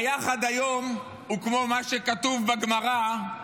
ה"יחד" היום הוא כמו מה שכתוב בגמרא,